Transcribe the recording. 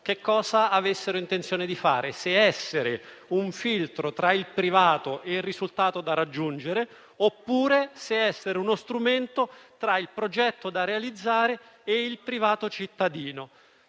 che cosa avessero intenzione di fare: se essere un filtro tra il privato e il risultato da raggiungere, oppure se essere uno strumento tra il progetto da realizzare e il privato cittadino.